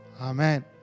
Amen